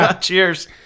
Cheers